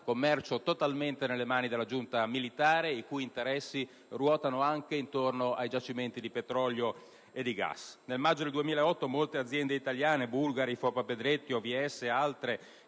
droga, totalmente nelle mani della giunta militare, i cui interessi ruotano anche attorno ai giacimenti di petrolio e di gas. Nel maggio 2008 molte aziende italiane (Bulgari, Foppapedretti, Oviesse e altre)